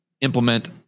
implement